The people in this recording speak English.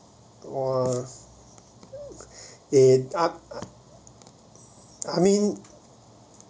!wah! eh I I mean